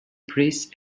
priests